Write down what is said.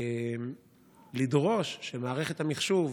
שמערכת המחשוב,